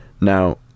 Now